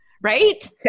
right